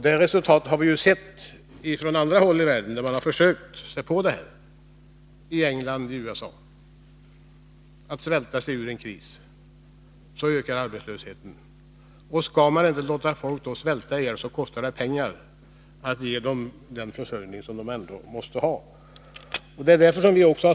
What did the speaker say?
Det resultatet har vi sett på andra håll i världen, t.ex. i England och USA, där man försökt svälta sig ur krisen. Då ökar arbetslösheten. För att inte människor skall svälta ihjäl kostar det pengar att ge dem den försörjning som de måste ha.